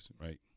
right